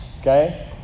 Okay